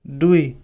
দুই